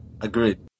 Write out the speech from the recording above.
Agreed